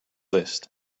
list